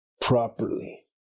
properly